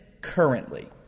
currently